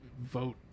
vote